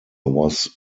was